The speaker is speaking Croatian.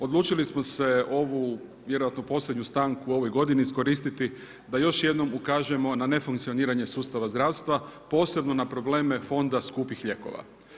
Odlučili smo se ovu vjerojatno posljednju stanku u ovoj godini iskoristiti da još jednom ukažemo na nefunkcioniranje sustava zdravstva posebno na probleme fonda skupih lijekova.